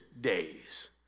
days